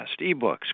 ebooks